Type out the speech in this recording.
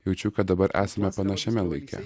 jaučiu kad dabar esame panašiame laike